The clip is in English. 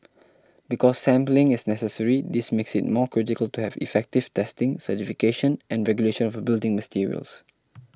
because sampling is necessary this makes it more critical to have effective testing certification and regulation of building materials